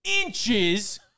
inches